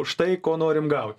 už tai ko norim gaut